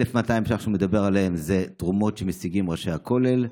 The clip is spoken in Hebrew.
1,200 ש"ח שהוא מדבר עליהם הם תרומות שמשיגים ראשי הכולל.